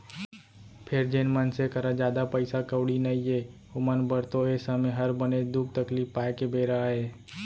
फेर जेन मनसे करा जादा पइसा कउड़ी नइये ओमन बर तो ए समे हर बनेच दुख तकलीफ पाए के बेरा अय